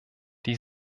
die